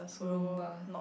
rumbar